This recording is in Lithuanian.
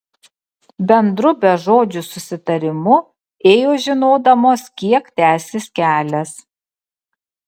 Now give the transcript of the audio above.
bendru bežodžiu susitarimu ėjo žinodamos kiek tęsis kelias